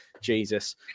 Jesus